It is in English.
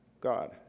God